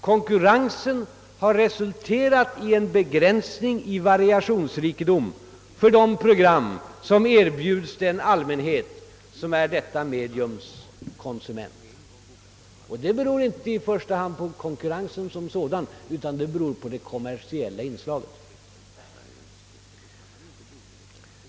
Konkurrensen har resulterat i en begränsning av variationsrikedomen för de program som erbjuds den allmänhet som är detta mediums konsument.» Och det beror inte i första hand på konkurrensen som sådan, utan det beror på det kommersiella inslaget.